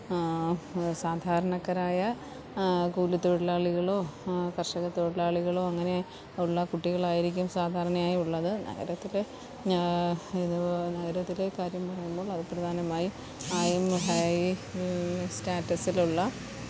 സാധാരണക്കാരായ കൂലിത്തൊഴിലാളികളോ കര്ഷക തൊഴിലാളികളോ അങ്ങനെ ഉള്ള കുട്ടികളായിരിക്കും സാധാരണയായി ഉള്ളത് നഗരത്തിൽ ഞാൻ ഇതുപോലെ നഗരത്തിലെ കാര്യം പറയുമ്പോള് അത് പ്രധാനമായും അയിം ഹൈ സ്റ്റാറ്റസിലുള്ള